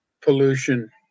pollution